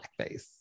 blackface